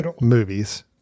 movies